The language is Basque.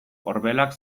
orbelak